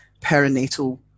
perinatal